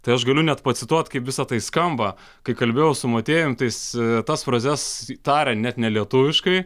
tai aš galiu net pacituot kaip visa tai skamba kai kalbėjau su motiejum tai jis tas frazes taria net ne lietuviškai